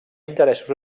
interessos